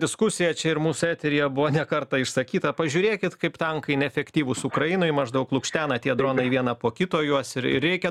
diskusija čia ir mūsų eteryje buvo ne kartą išsakyta pažiūrėkit kaip tankai neefektyvūs ukrainoj maždaug lukštena tie dronai vieną po kito juos ir reikia